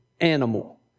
animal